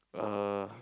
uh